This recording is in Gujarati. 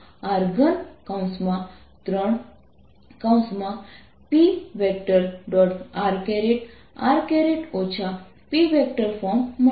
rr P ફોર્મ મળશે